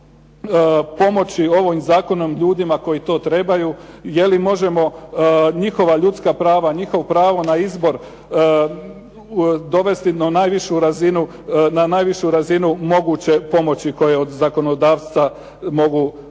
možemo pomoći ovim zakonom ljudima koji to trebaju, je li možemo njihova ljudska prava, njihovo pravo na izbor, dovesti na najvišu razinu moguće pomoći koje od zakonodavca mogu očekivati.